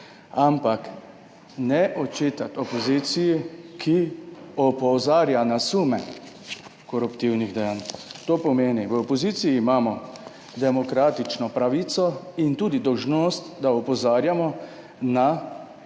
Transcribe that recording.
ampak ne očitati opoziciji, ki opozarja na sume koruptivnih dejanj, to pomeni, v opoziciji imamo demokratično pravico in tudi dolžnost, da opozarjamo na delo